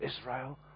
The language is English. Israel